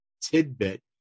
tidbit